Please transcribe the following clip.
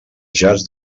jaç